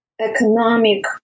economic